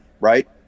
right